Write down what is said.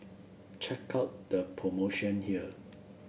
check out the promotion here